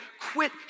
quit